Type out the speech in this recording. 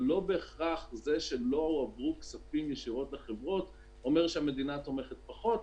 ולא בהכרח זה שלא הועברו כספים ישירות לחברות אומר שהמדינה תומכת פחות.